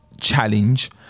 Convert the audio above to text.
challenge